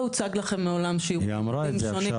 הוצג לכם מעולם --- הי אמרה את זה עכשיו.